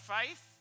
faith